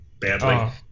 badly